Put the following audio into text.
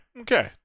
Okay